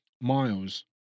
miles